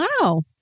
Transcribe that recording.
Wow